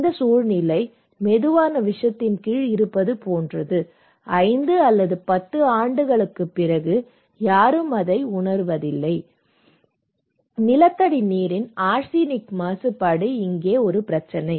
இந்த சூழ்நிலை மெதுவான விஷத்தின் கீழ் இருப்பது போன்றது 5 அல்லது 10 ஆண்டுகளுக்குப் பிறகும் யாரும் அதை உணர்வதில்லை நிலத்தடி நீரின் ஆர்சனிக் மாசுபாடு இங்கே பிரச்சினை